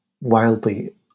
wildly